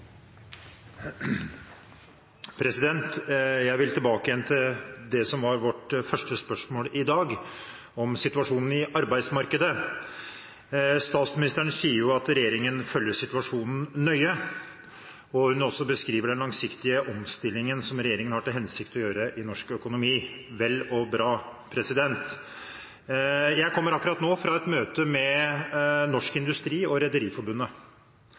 var vårt første spørsmål i dag, om situasjonen i arbeidsmarkedet. Statsministeren sier at regjeringen følger situasjonen nøye, og hun beskriver også den langsiktige omstillingen som regjeringen har til hensikt å gjennomføre i norsk økonomi – vel og bra. Jeg kommer akkurat nå fra et møte med Norsk Industri og Rederiforbundet.